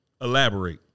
Elaborate